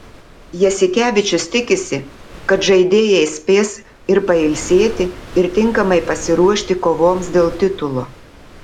jasikevičius tikisi kad žaidėjai spės ir pailsėti ir tinkamai pasiruošti kovoms dėl titulo